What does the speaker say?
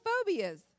phobias